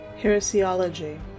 Heresiology